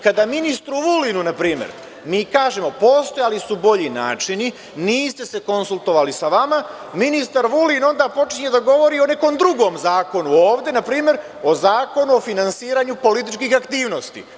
Kada ministru Vulinu, na primer, mi kažemo – postojali su bolji načini, niste se konsultovali sa nama, ministar Vulin onda počinje da govori o nekom drugom zakonu ovde, na primer o Zakonu o finansiranju političkih aktivnosti.